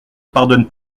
pardonne